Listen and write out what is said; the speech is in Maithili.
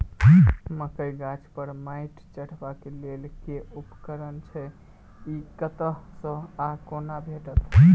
मकई गाछ पर मैंट चढ़ेबाक लेल केँ उपकरण छै? ई कतह सऽ आ कोना भेटत?